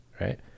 right